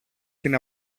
την